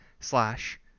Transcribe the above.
slash